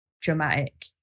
dramatic